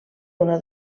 una